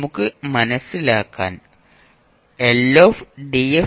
നമുക്ക് മനസ്സിലാക്കാൻ ശ്രമിക്കാം